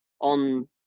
on